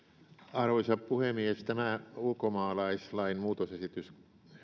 arvoisa puhemies ulkomaalaislain muutosesitys